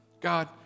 God